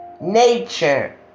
Nature